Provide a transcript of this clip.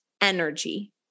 energy